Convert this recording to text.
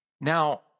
Now